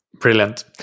brilliant